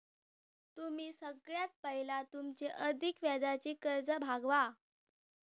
तुम्ही सगळ्यात पयला तुमची अधिक व्याजाची कर्जा भागवा